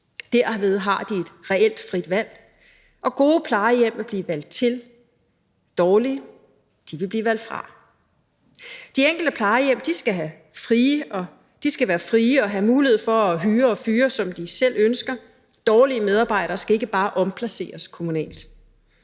Derved får de et reelt frit valg, og gode plejehjem vil blive valgt til, dårlige vil blive valgt fra. De enkelte plejehjem skal være frie og have mulighed for at hyre og fyre, som de selv ønsker. Dårlige medarbejdere skal ikke bare omplaceres kommunalt.